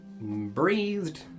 breathed